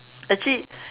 actually